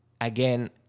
again